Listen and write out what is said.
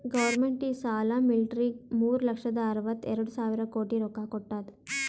government ಈ ಸಲಾ ಮಿಲ್ಟ್ರಿಗ್ ಮೂರು ಲಕ್ಷದ ಅರ್ವತ ಎರಡು ಸಾವಿರ ಕೋಟಿ ರೊಕ್ಕಾ ಕೊಟ್ಟಾದ್